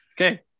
okay